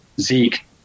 Zeke